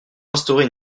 instaurer